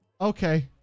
Okay